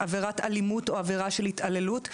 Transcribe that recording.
עבירת אלימות או עבירה של התעללות,